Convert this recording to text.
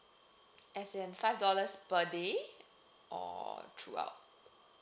as in five dollars per day or throughout